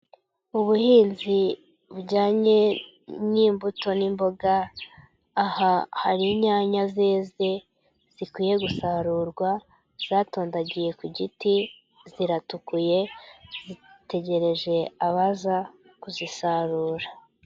Ubuhinzi bujyanye n'imbuto n'imboga, aha hari inyanya zeze zikwiye gusarurwa zatondagiye ku giti ziratukuye zitegereje abaza kuzisarura.